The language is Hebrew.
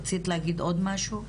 רצית להגיד עוד משהו?